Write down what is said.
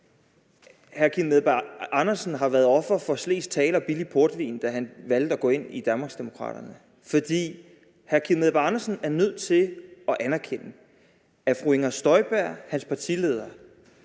hr. Kim Edberg Andersen har været offer for slesk tale og billig portvin, da han valgte at gå ind i Danmarksdemokraterne. For hr. Kim Edberg Andersen er nødt til at anerkende, at fru Inger Støjberg, hans partileder,